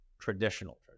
traditional